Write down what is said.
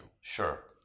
Sure